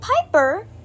Piper